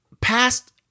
past